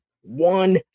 one